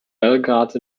belgrade